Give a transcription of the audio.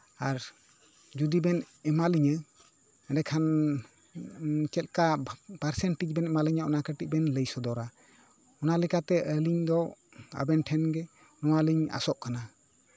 ᱟᱨ ᱡᱚᱫᱤ ᱵᱮᱱ ᱮᱢᱟ ᱞᱤᱧᱟ ᱮᱰᱮᱠᱷᱟᱱ ᱪᱮᱫ ᱠᱟ ᱯᱟᱨᱥᱮᱱᱴᱮᱹᱡᱽ ᱵᱮᱱ ᱮᱢᱟ ᱞᱤᱧᱟ ᱚᱱᱟ ᱠᱟᱹᱴᱤᱡ ᱵᱮᱱ ᱞᱟᱹᱭ ᱥᱚᱫᱚᱨᱟ ᱚᱱᱟ ᱞᱮᱠᱟᱛᱮ ᱟᱹᱞᱤᱧ ᱫᱚ ᱟᱵᱮᱱ ᱴᱷᱮᱱ ᱜᱮ ᱱᱚᱣᱟ ᱞᱤᱧ ᱟᱥᱚᱜ ᱠᱟᱱᱟ